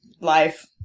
life